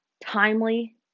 timely